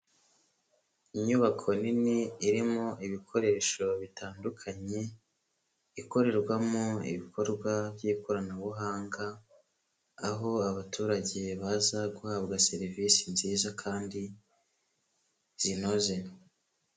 Inyubako nini irimo ibikoresho bitandukanye, ikorerwamo ibikorwa by'ikoranabuhanga, aho abaturage baza guhabwa serivisi nziza kandi zinoze.